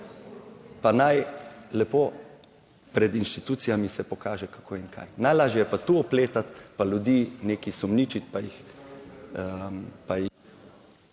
naj lepo pred inštitucijami se pokaže, kako in kaj. Najlažje je pa tu vpletati pa ljudi nekaj sumničiti, pa jih,